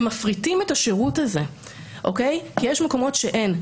הם מפריטים את השירות הזה כי יש מקומות שאין.